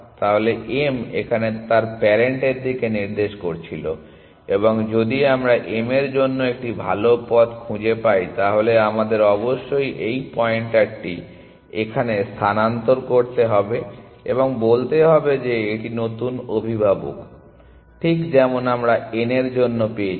তাহলে m এখানে তার প্যারেন্ট এর দিকে নির্দেশ করছিল এবং যদি আমরা m এর জন্য একটি ভাল পথ খুঁজে পাই তাহলে আমাদের অবশ্যই এই পয়েন্টারটি এখানে স্থানান্তর করতে হবে এবং বলতে হবে যে এটি নতুন অভিভাবক ঠিক যেমন আমরা n এর জন্য করেছি